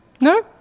No